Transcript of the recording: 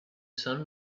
sun